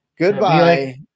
goodbye